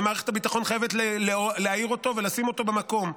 ומערכת הביטחון חייבת להעיר אותו ולשים אותו במקום.